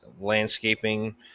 landscaping